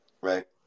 right